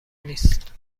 نیست